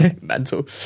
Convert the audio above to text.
Mental